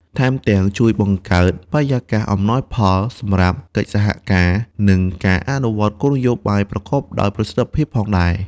ថែមទាំងជួយបង្កើតបរិយាកាសអំណោយផលសម្រាប់កិច្ចសហការ និងការអនុវត្តគោលនយោបាយប្រកបដោយប្រសិទ្ធភាពផងដែរ។